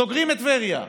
סוגרים את טבריה.